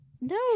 no